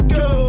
go